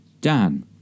Dan